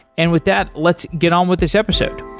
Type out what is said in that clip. and with that, let's get on with this episode.